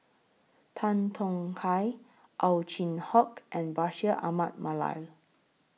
Tan Tong Hye Ow Chin Hock and Bashir Ahmad Mallal